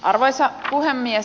arvoisa puhemies